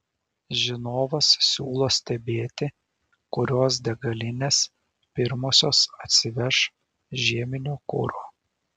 žinovas siūlo stebėti kurios degalinės pirmosios atsiveš žieminio kuro